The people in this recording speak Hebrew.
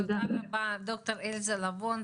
תודה רבה דוקטור אלזה לבון,